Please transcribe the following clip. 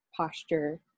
posture